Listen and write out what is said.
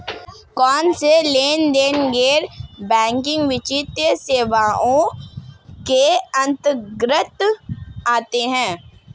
कौनसे लेनदेन गैर बैंकिंग वित्तीय सेवाओं के अंतर्गत आते हैं?